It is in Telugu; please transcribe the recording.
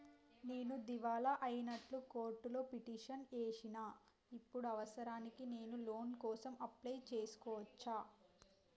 నేను దివాలా అయినట్లు కోర్టులో పిటిషన్ ఏశిన ఇప్పుడు అవసరానికి నేను లోన్ కోసం అప్లయ్ చేస్కోవచ్చా?